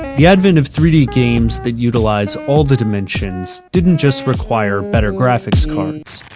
the advent of three d games that utilize all the dimensions didn't just require better graphics cards.